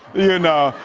you know,